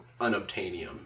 unobtainium